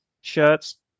shirts